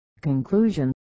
Conclusion